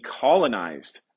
colonized